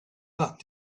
but